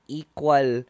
equal